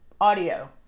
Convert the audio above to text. audio